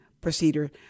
procedure